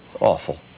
awful